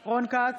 אינו נוכח רון כץ,